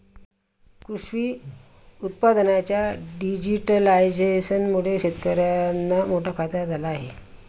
कृषी उत्पादनांच्या डिजिटलायझेशनमुळे शेतकर्यांना मोठा फायदा झाला आहे